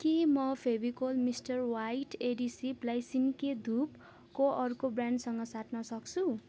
के म Fevicol Mister White एडेसिभलाई सिन्के धुपको अर्को ब्रान्डसित साट्न सक्छु